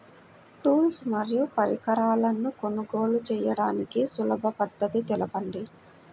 Tools మరియు పరికరాలను కొనుగోలు చేయడానికి సులభ పద్దతి తెలపండి?